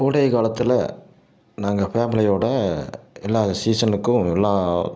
கோடை காலத்தில் நாங்க ஃபேமிலியோடய எல்லாம் சீசனுக்கும் எல்லாம்